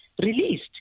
released